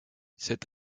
cet